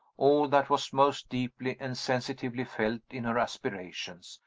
all that was most deeply and sensitively felt in her aspirations,